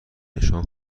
نشان